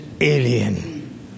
alien